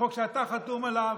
חוק שאתה חתום עליו,